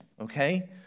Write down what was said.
okay